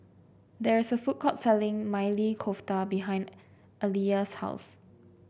there is a food court selling Maili Kofta behind Aliya's house